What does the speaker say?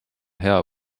hea